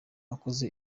akoze